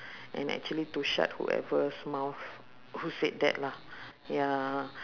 and actually to shut whoever mouth who said that lah ya